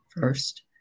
first